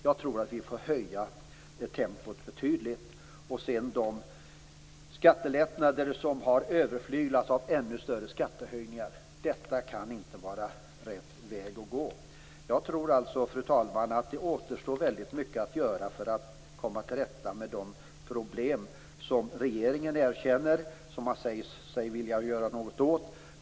Jag tror att vi måste höja tempot betydligt. Sedan vill jag säga något om de skattelättnader som har överflyglats av ännu större skattehöjningar. Detta kan inte vara rätt väg att gå. Jag tror alltså, fru talman, att det återstår väldigt mycket att göra för att man skall komma till rätta med de problem som regeringen erkänner och som den säger sig vilja göra något åt.